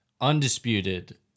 undisputed